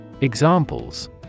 Examples